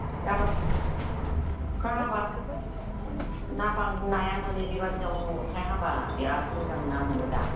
दाबाद अखा हाबा ना बां नाया मोनो बेबादि आवनो अखाया हाबा बेराथ मोजां ना मोनो दा